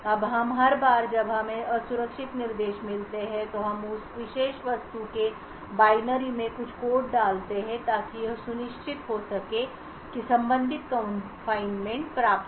अब हर बार जब हमें असुरक्षित निर्देश मिलते हैं तो हम उस विशेष वस्तु के बाइनरी में कुछ कोड डालते हैं ताकि यह सुनिश्चित हो सके कि संबंधित कारावास प्राप्त हो